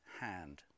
hand